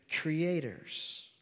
creators